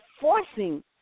forcing